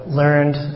learned